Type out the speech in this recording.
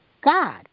God